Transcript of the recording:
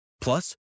Plus